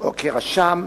או כרשם.